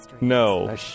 No